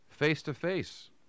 Face-to-face